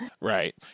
Right